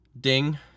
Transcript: Ding